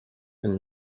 and